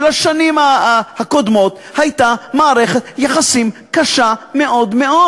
של השנים הקודמות הייתה מערכת יחסים קשה מאוד מאוד,